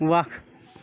وکھ